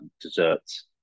desserts